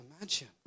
imagine